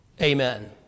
amen